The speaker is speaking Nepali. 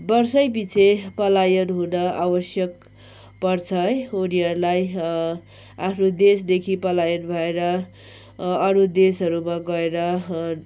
वर्षै पिछे पलायन हुन आवश्यक पर्छ है उनीहरूलाई आफ्नो देशदेखि पलायन भएर अरू देशहरूमा गएर